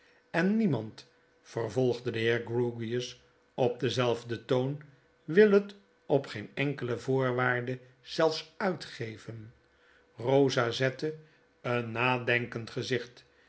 en demand vervolgde de heer grewgious op denzelfden toon wil het op geen enkele voorwaarde zelfs uitgeven eosa zette een nadenkend gezicht